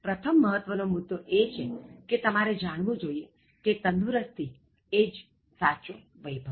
પ્રથમ મહત્ત્વ નો મુદ્દો એ છે કે તમારે જાણવું જોઇએ કે તંદુરસ્તી એ જ સાચો વૈભવ